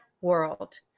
world